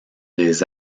des